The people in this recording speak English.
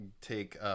take